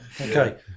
okay